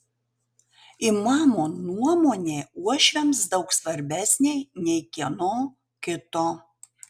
imamo nuomonė uošviams daug svarbesnė nei kieno kito